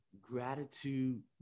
gratitude